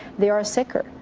they are sicker.